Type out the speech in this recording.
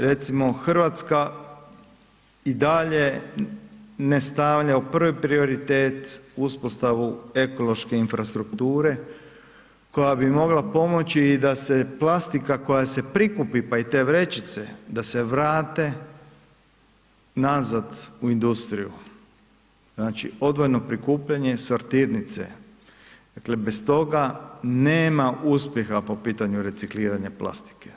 Recimo Hrvatska i dalje ne stavlja u prvi prioritet uspostavu ekološke infrastrukture koja bi mogla pomoći i da se plastika koja se prikupi pa i te vrećice, da se vrate nazad u industriju, znači odvojeno prikupljanje sortirnice, bez toga nema uspjeha po pitanju recikliranja plastike.